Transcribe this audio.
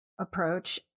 approach